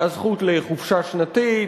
הזכות לחופשה שנתית,